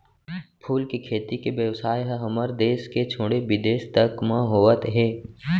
फूल के खेती के बेवसाय ह हमर देस के छोड़े बिदेस तक म होवत हे